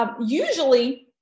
usually